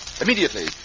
Immediately